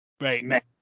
right